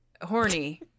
Horny